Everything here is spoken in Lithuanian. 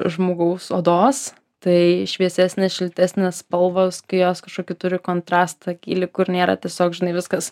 žmogaus odos tai šviesesnės šiltesnės spalvos kai jos kažkokį turi kontrastą gylį kur nėra tiesiog žinai viskas